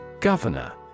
Governor